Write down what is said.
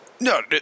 No